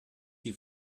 die